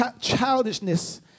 childishness